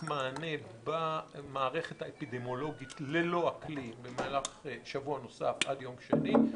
מענה במערכת האפידמיולוגית ללא הכלי למהלך שבוע נוסף עד יום שני,